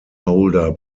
holder